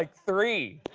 like three.